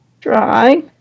Dry